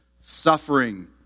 suffering